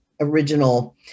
original